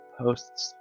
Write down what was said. posts